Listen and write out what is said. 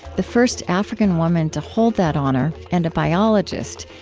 the first african woman to hold that honor and a biologist,